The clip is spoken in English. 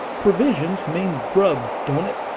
provisions means grub, don't it?